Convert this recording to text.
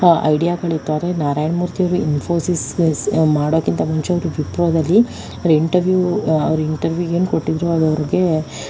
ಆ ಐಡಿಯಾಗಳಿತ್ತು ಆದರೆ ನಾರಾಯಣ್ ಮೂರ್ತಿ ಅವರು ಇನ್ಫೋಸಿಸ್ ಸ್ ಮಾಡೋಕ್ಕಿಂತ ಮುಂಚೆ ಅವರು ವಿಪ್ರೋದಲ್ಲಿ ಅಂದರೆ ಇಂಟರ್ವ್ಯೂ ಅವರ ಇಂಟರ್ವ್ಯೂ ಏನು ಕೊಟ್ಟಿದ್ರು ಅದು ಅವ್ರಿಗೆ